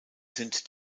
sind